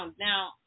Now